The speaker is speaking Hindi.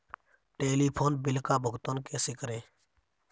टेलीफोन बिल का भुगतान कैसे करें?